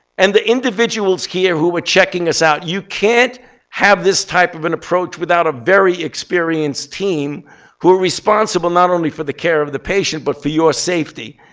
and the individuals here who were checking us out. you can't have this type of an approach without a very experienced team who are responsible not only for the care of the patient but for your safety.